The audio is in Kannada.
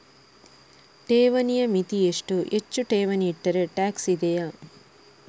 ಠೇವಣಿಯ ಮಿತಿ ಎಷ್ಟು, ಹೆಚ್ಚು ಠೇವಣಿ ಇಟ್ಟರೆ ಟ್ಯಾಕ್ಸ್ ಇದೆಯಾ?